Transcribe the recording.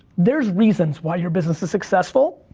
there's reasons why your business is successful.